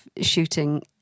shooting